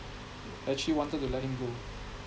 actually wanted to let him go